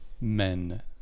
men